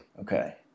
Okay